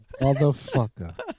motherfucker